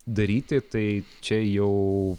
daryti tai čia jau